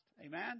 Amen